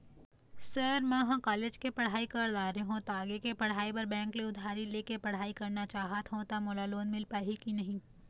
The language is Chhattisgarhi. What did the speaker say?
सर म ह कॉलेज के पढ़ाई कर दारें हों ता आगे के पढ़ाई बर बैंक ले उधारी ले के पढ़ाई करना चाहत हों ता मोला मील पाही की नहीं?